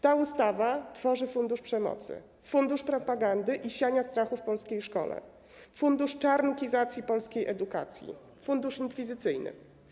Ta ustawa tworzy fundusz przemocy, fundusz propagandy i siania strachu w polskiej szkole, fundusz czarnkizacji polskiej edukacji, fundusz inkwizycyjny.